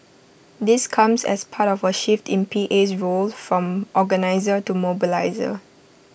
this comes as part of A shift in PA's role from organiser to mobiliser